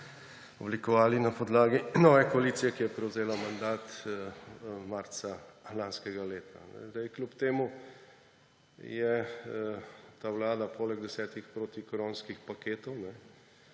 oblikovali na podlagi nove koalicije, ki je prevzela mandat marca lansko leto. Kljub temu je ta vlada poleg desetih protikoronskih paketov